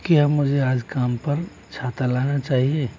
क्या मुझे आज काम पर छाता लाना चाहिए